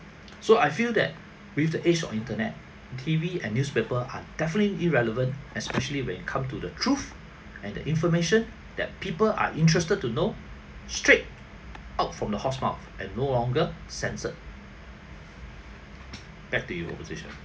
so I feel that with the age of internet T_V and newspaper are definitely irrelevant especially when come to the truth and the information that people are interested to know straight out from the horse mouth and no longer censored back to you opposition